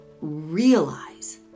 realize